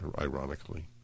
ironically